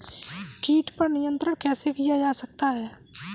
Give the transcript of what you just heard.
कीट पर नियंत्रण कैसे किया जा सकता है?